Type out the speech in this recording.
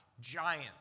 giant